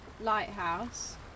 Lighthouse